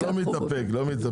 אתה לא מתאפק, לא מתאפק.